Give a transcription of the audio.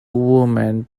women